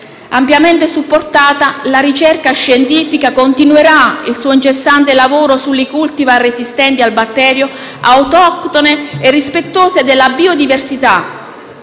Ampiamente supportata, la ricerca scientifica continuerà il suo incessante lavoro sulle cultivar resistenti al batterio autoctone e rispettose della biodiversità